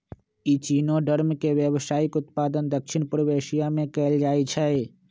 echinoderm के व्यावसायिक उत्पादन दक्षिण पूर्व एशिया में कएल जाइ छइ